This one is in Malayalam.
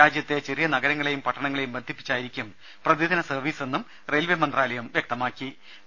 രാജ്യത്തെ ചെറിയ നഗരങ്ങളേയും പട്ടണങ്ങളേയും ബന്ധിപ്പിച്ചായിരിക്കും പ്രതിദിന സർവീസെന്ന് റെയിൽവേ മന്ത്രാലയം ന്യൂഡൽഹിയിൽ അറിയിച്ചു